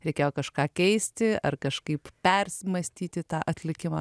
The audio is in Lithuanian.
reikėjo kažką keisti ar kažkaip persimąstyti tą atlikimą